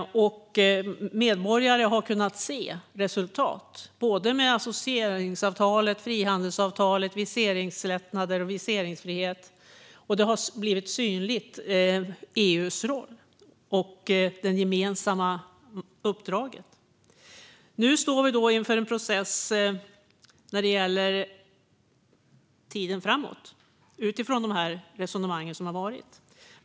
Medborgare har kunnat se resultat med associeringsavtalet, frihandelsavtalet, viseringslättnader och viseringsfrihet. Och EU:s roll och det gemensamma uppdraget har blivit synligt. Nu står vi då inför en process när det gäller tiden framåt, utifrån de resonemang som har varit.